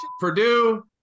Purdue